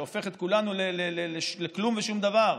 שהופך את כולנו לכלום ושום דבר,